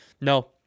No